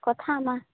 କଥା ହମାଁ